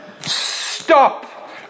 Stop